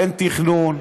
אין תכנון,